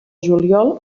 juliol